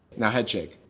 now head shake.